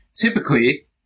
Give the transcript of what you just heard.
Typically